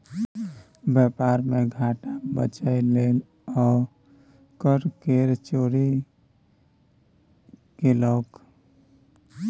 बेपार मे घाटा सँ बचय लेल ओ कर केर चोरी केलकै